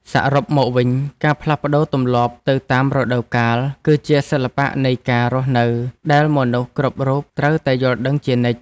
សរុបមកវិញ ការផ្លាស់ប្តូរទម្លាប់ទៅតាមរដូវកាល គឺជាសិល្បៈនៃការរស់នៅដែលមនុស្សគ្រប់រូបត្រូវតែយល់ដឹងជានិច្ច។